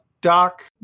Doc